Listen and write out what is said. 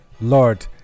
Lord